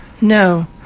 No